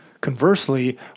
Conversely